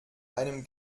einem